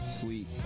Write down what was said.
Sweet